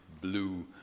blue